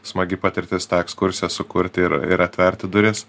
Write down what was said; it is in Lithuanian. smagi patirtis tą ekskursiją sukurti ir ir atverti duris